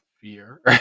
fear